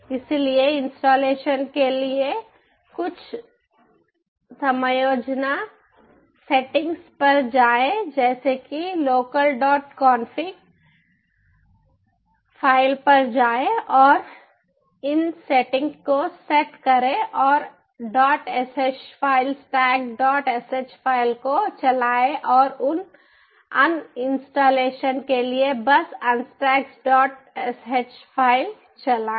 इसलिए इंस्टॉलेशन के लिए कुछ समायोजन सेटिंग्स settings पर जाएं जैसे कि local config फ़ाइल पर जाएं और इन सेटिंग को सेट करें और sh फ़ाइल stacksh फ़ाइल को चलाएं और अन इंस्टॉलेशन के लिए बस unstacksh फ़ाइल चलाएँ